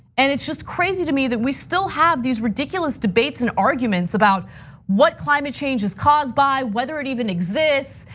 and it's just crazy to me that we still have these ridiculous debates and arguments about what climate change is caused by, whether it even exists.